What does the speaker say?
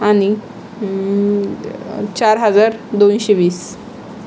आणि चार हजार दोनशे वीस